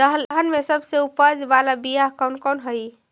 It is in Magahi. दलहन में सबसे उपज बाला बियाह कौन कौन हइ?